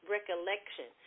Recollection